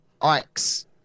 Ike's